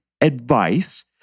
advice